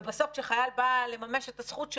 ובסוף כשחייל בא לממש את הזכות שלו,